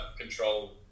control